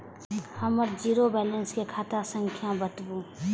हमर zero balance के खाता संख्या बतबु?